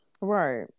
Right